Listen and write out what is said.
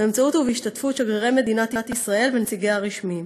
באמצעות ובהשתתפות שגרירי מדינת ישראל ונציגיה הרשמיים.